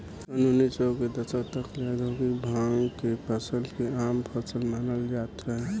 सन उनऽइस सौ के दशक तक ले औधोगिक भांग के फसल के आम फसल मानल जात रहे